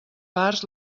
parts